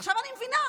עכשיו אני מבינה,